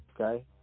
Okay